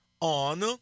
on